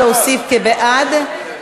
להוסיף כבעד.